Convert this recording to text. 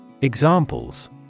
Examples